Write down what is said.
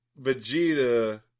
Vegeta